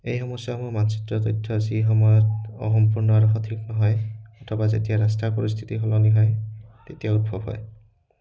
এই সমস্যাসমূহ মানচিত্ৰ তথ্যৰ যি সময়ত অসম্পূৰ্ণ আৰু সঠিক নহয় অথবা যেতিয়া ৰাস্তাৰ পৰিস্থিতি সলনি হয় তেতিয়া উদ্ভৱ হয়